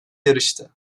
yarıştı